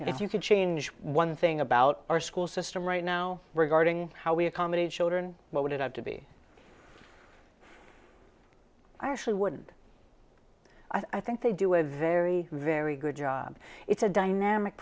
if you could change one thing about our school system right now regarding how we accommodate children what would it have to be i actually wouldn't i think they do a very very good job it's a dynamic